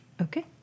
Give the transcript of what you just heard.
okay